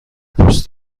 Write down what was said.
دوست